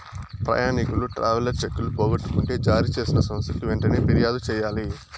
ప్రయాణికులు ట్రావెలర్ చెక్కులు పోగొట్టుకుంటే జారీ చేసిన సంస్థకి వెంటనే ఫిర్యాదు చెయ్యాలి